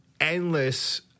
endless